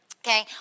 Okay